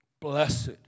blessed